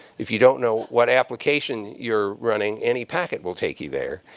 if you don't know what application you're running, any packet will take you there.